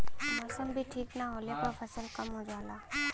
मौसम भी ठीक न होले पर फसल कम हो जाला